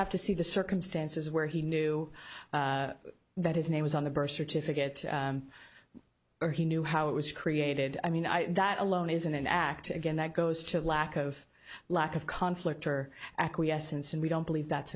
have to see the circumstances where he knew that his name was on the birth certificate or he knew how it was created i mean i that alone isn't an act again that goes to a lack of lack of conflict or acquiescence and we don't believe that's